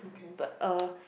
but uh